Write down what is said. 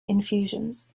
infusions